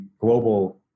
global